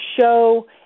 show